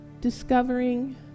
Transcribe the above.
discovering